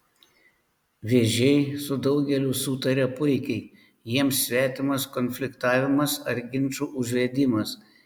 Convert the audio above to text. vėžiai su daugeliu sutaria puikiai jiems svetimas konfliktavimas ar ginčų užvedimas